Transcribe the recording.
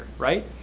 Right